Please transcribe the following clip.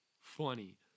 funny